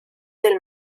del